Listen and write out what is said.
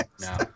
no